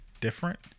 different